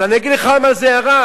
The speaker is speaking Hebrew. אבל אני אגיד לך למה זה ירד,